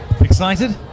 excited